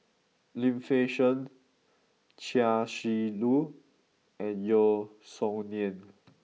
Lim Fei Shen Chia Shi Lu and Yeo Song Nian